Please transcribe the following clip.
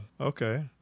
okay